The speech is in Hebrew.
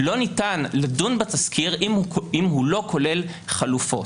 לא ניתן לדון בתסקיר אם הוא לא כולל חלופות.